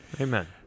Amen